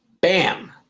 Bam